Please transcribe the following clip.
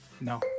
No